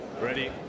Ready